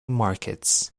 markets